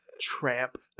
tramp